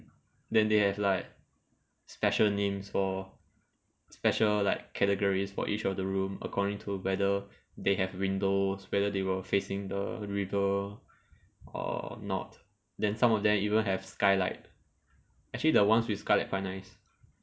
then they have like special names for special like categories for each of the room according to whether they have windows whether they will facing the river or not then some of them even have skylight actually the ones with skylight quite nice